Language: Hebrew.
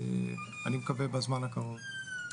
אני מקווה בזמן הקרוב.